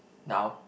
now